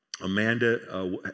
Amanda